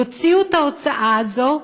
יוציאו את ההוצאה הזאת,